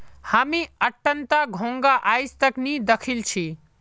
हामी अट्टनता घोंघा आइज तक नी दखिल छि